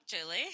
Julie